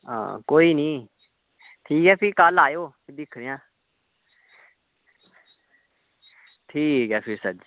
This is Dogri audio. हां कोई निं ठीक ऐ भी कल्ल आएओ दिक्खने आं ठीक ऐ भी सर जी